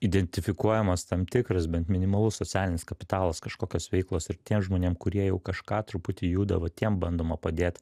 identifikuojamas tam tikras bent minimalus socialinis kapitalas kažkokios veiklos ir tiem žmonėm kurie jau kažką truputį juda va tiem bandoma padėt